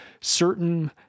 certain